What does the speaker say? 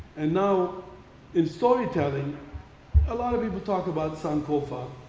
and now in storytelling a lot of people talk about sankofa,